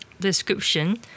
description